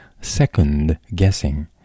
Second-guessing